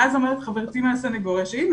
ואז אומרת חברתי מהסנגוריה שהנה,